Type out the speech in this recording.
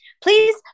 Please